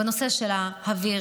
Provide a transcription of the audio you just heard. בנושא של האוויר,